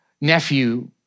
nephew